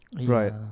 Right